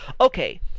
okay